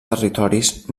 territoris